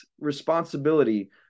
responsibility